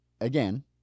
again